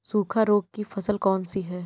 सूखा रोग की फसल कौन सी है?